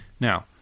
Now